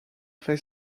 fait